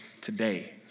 today